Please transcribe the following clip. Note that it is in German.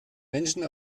menschen